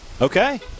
Okay